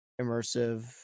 immersive